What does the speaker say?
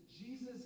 Jesus